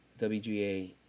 WGA